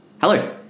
Hello